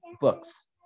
books